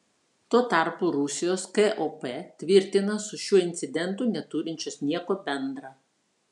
tuo tarpu rusijos kop tvirtina su šiuo incidentu neturinčios nieko bendra